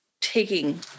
taking